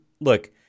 look